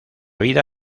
vida